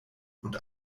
und